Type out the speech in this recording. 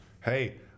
Hey